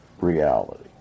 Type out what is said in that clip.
reality